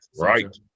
right